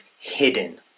hidden